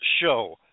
show